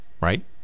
right